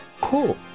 Cool